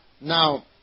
Now